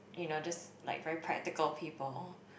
you know just like very practical people